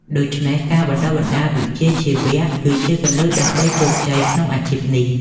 ដូច្នេះការបណ្តុះបណ្តាលវិជ្ជាជីវៈគឺជាគន្លឹះដើម្បីជោគជ័យក្នុងអាជីពនេះ។